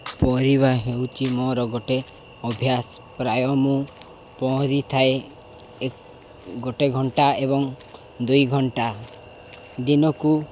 ପହଁରିବା ହେଉଛି ମୋର ଗୋଟେ ଅଭ୍ୟାସ ପ୍ରାୟ ମୁଁ ପହଁରିଥାଏ ଗୋଟେ ଘଣ୍ଟା ଏବଂ ଦୁଇ ଘଣ୍ଟା ଦିନକୁ